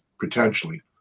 potentially